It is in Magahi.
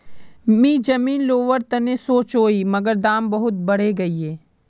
मी जमीन लोवर तने सोचौई मगर दाम बहुत बरेगये